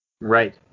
Right